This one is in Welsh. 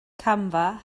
camfa